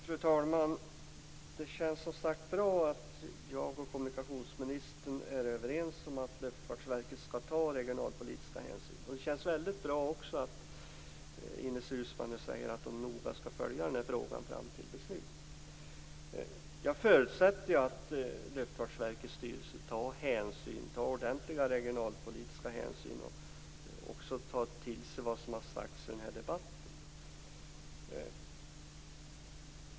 Fru talman! Det känns bra att jag och kommunikationsministern är överens om att Luftfartsverket skall ta regionalpolitiska hänsyn. Det känns också väldigt bra att Ines Uusmann nu säger att hon noga skall följa frågan fram till dess att beslut är fattat. Jag förutsätter att Luftfartsverkets styrelse tar ordentliga regionalpolitiska hänsyn och också tar till sig vad som har sagts i den här debatten.